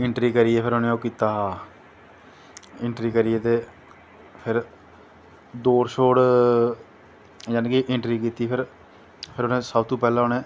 entry करियै फिर उनैं ओह् कीता इंट्री करियै ते दौड़ शौड़ जानि के इंट्री कीती फिर फिर उनैं सब तो पैह्लैं उनैं